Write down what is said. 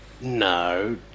No